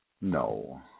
No